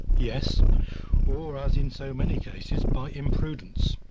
yes or, as in so many cases, by imprudence.